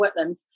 wetlands